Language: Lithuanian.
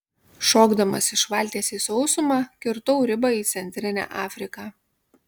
šokdamas iš valties į sausumą kirtau ribą į centrinę afriką